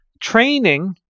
training